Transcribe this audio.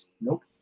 Nope